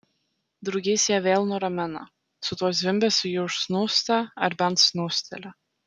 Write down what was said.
drugys ją vėl nuramina su tuo zvimbesiu ji užsnūsta ar bent snūsteli